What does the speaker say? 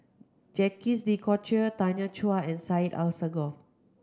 Jacques De Coutre Tanya Chua and Syed Alsagoff